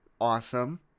Awesome